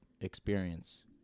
experience